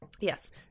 Yes